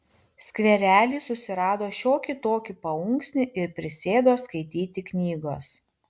skverely susirado šiokį tokį paunksnį ir prisėdo skaityti knygos